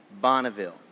Bonneville